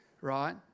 right